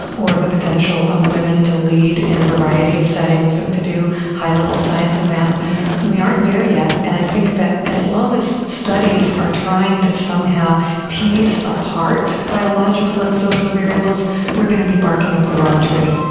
or the potential of women to lead in a variety of settings and to do high level science and math we aren't there yet and i think that as long as studies are trying to somehow tease apart biological and social variables we're going to be barking up the wrong tree.